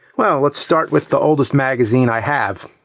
well, let's start with the oldest magazine i have.